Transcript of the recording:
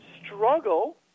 struggle